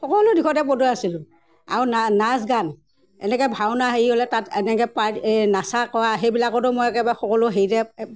সকলো দিশতে পটু আছিলোঁ আৰু নাচ গান এনেকৈ ভাওনা হেৰি হ'লে তাত এনেকৈ পাৰ্ট এই নাচা কৰা সেইবিলাকতো মই একেবাৰে সকলো হেৰিতে